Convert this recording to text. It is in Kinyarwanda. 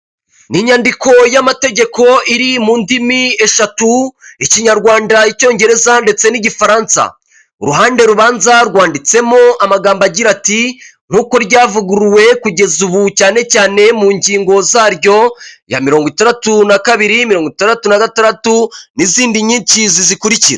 Ni inyandiko y'amategeko iri mu ndimi eshatu, ikinyarwanda, icyongereza ndetse n'igifaransa, uruhande rubanza rwanditsemo amagambo agira ati"nk'uko ryavuguruwe kugeza ubu cyane cyane mu ngingo zaryo ya mirongo itandatu naka kabiri mirongo itandatu nagatandatu n'izindi nyinshi zizikurikira.